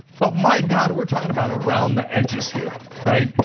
but my god, we're talking about around the edges here, right?